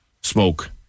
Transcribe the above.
smoke